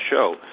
show